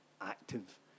active